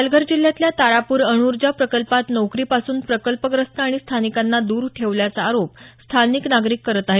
पालघर जिल्ह्यातल्या तारापूर अणुऊर्जा प्रकल्पात नोकरी पासून प्रकल्पग्रस्त आणि स्थानिकांना दूर ठेवल्याचा आरोप स्थानिक नागरिक करत आहेत